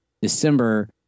December